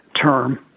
term